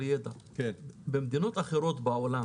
האם במדינות אחרות בעולם